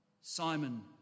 Simon